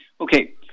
Okay